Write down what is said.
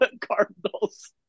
Cardinals